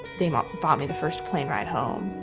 they um bought me the first plane ride home.